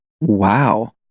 wow